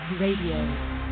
Radio